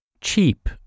cheap